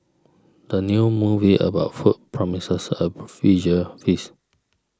the new movie about food promises a visual feast